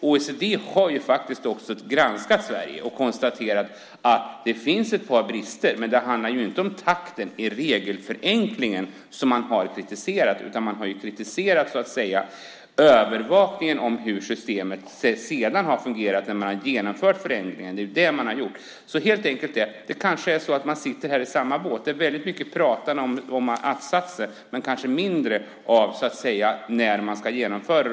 OECD har granskat Sverige och konstaterat att det finns ett par brister. Det är dock inte takten i regelförenklingen som man kritiserat utan övervakningen av hur systemet fungerat sedan förändringen genomförts. Det har man alltså gjort. Det kanske är så att man helt enkelt sitter i samma båt när det gäller denna fråga. Det är mycket tal om att-satser, men mindre om när det hela ska genomföras.